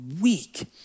weak